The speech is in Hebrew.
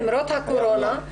למרות הקורונה,